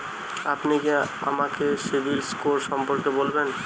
আপনি কি আমাকে সিবিল স্কোর সম্পর্কে বলবেন?